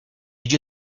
you